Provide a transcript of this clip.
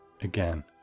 again